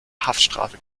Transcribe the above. haftstrafe